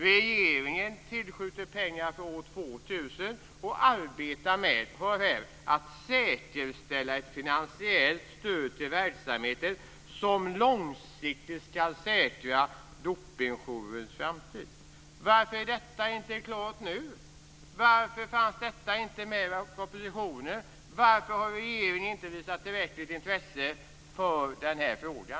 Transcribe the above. Regeringen tillskjuter pengar för år 2000 och arbetar med att - hör på det här - säkerställa ett finansiellt stöd till verksamheten som långsiktigt ska säkra Dopingjourens framtid. Varför är detta inte klart nu? Varför fanns detta inte med i propositionen? Varför har regeringen inte visat tillräckligt intresse för den här frågan?